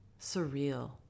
surreal